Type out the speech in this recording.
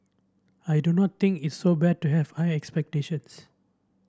I do not think it's so bad to have high expectations